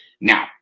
Now